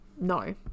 no